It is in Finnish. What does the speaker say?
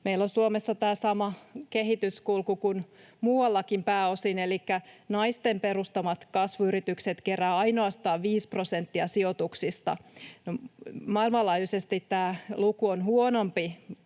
meillä on Suomessa tämä sama kehityskulku kuin muuallakin pääosin, että naisten perustamat kasvuyritykset keräävät ainoastaan 5 prosenttia sijoituksista. Maailmanlaajuisesti tämä luku on huonompi,